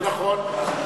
זה נכון.